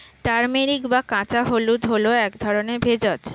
turmeric বা কাঁচা হলুদ হল এক ধরনের ভেষজ